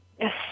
Yes